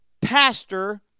pastor